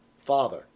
Father